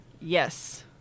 Yes